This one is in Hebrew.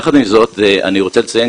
יחד עם זאת אני רוצה לציין,